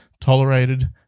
tolerated